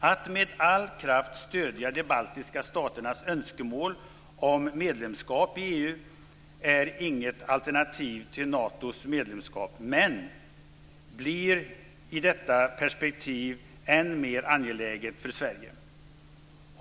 Att med all kraft stödja de baltiska staternas önskemål om medlemskap i EU är inget alternativ till medlemskap i Nato, men blir i detta perspektiv än mer angeläget för Sverige.